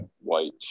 white